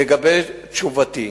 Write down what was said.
לגבי תשובתי,